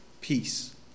peace